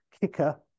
kicker